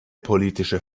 politische